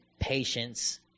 patience